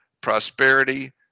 prosperity